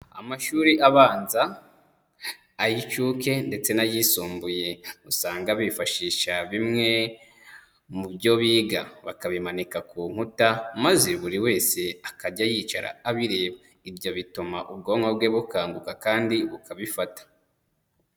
Amashuri abanza, ay'incuyuke ndetse n'ayisumbuye, usanga bifashisha bimwe mu byo biga, bakabimanika ku nkuta, maze buri wese akajya yicara abireba. Ibyo bituma ubwonko bwe bukanguka kandi bukabifata.